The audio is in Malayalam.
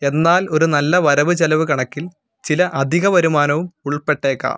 എന്നാൽ ഒരു നല്ല വരവു ചെലവു കണക്കില് ചില അധിക വരുമാനവും ഉൾപ്പെട്ടേക്കാം